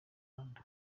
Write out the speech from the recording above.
rwanda